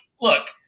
look